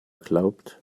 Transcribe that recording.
glaubt